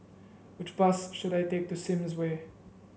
which bus should I take to Sims Way